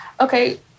okay